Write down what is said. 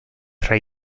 tra